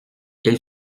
elle